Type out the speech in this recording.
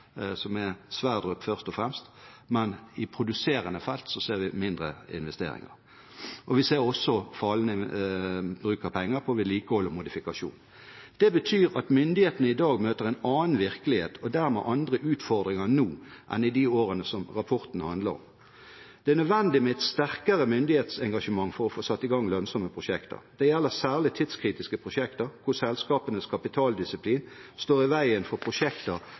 som er Sverdrup, først og fremst, men i produserende felt ser vi mindre investeringer. Vi ser også fallende bruk av penger på vedlikehold og modifikasjon. Det betyr at myndighetene i dag møter en annen virkelighet – og dermed andre utfordringer – enn i de årene som rapporten handler om. Det er nødvendig med et sterkere myndighetsengasjement for å få satt i gang lønnsomme prosjekter. Det gjelder særlig tidskritiske prosjekter, hvor selskapenes kapitaldisiplin står i veien for prosjekter